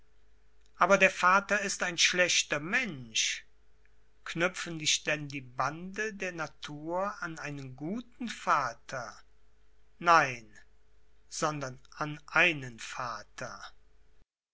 aber der vater ist ein schlechter mensch knüpfen dich denn die bande der natur an einen guten vater nein sondern an einen vater